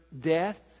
death